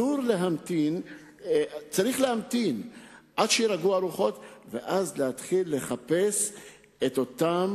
צריך להמתין עד שיירגעו הרוחות ואז להתחיל לחפש את אותם